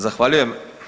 Zahvaljujem.